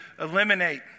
eliminate